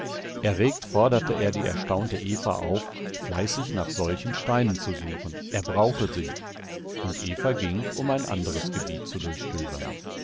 erregt forderte er die erstaunte eva auf fleißig nach solchen steinen zu suchen er brauche sie und eva ging um ein anderes gebiet zu durchstöbern